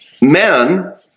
men